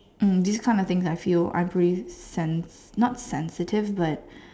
mm I these kind of things I feel are pretty sen~ not sensitive but